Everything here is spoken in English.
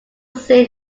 seen